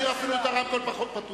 אשאיר אפילו את הרמקול פתוח.